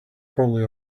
probably